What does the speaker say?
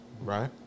Right